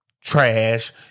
trash